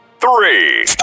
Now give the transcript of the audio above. Three